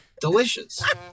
Delicious